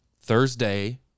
Thursday